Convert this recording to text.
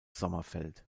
sommerfeld